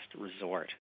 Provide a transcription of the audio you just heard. resort